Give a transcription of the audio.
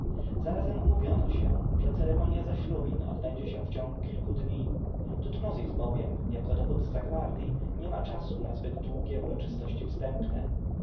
zarazem umówiono się że ceremonja zaślubin odbędzie się w ciągu kilku dni tutmozis bowiem jako dowódca gwardji nie ma czasu na zbyt długie uroczystości wstępne